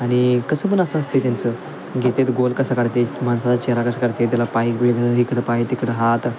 आणि कसं पण असं असतंय त्यांचं घेतात गोल कसा काढतात माणसाचा चेहरा कसा काढतात त्याला पाय वेगळं इकडं पाय तिकडं हात